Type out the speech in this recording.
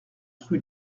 rue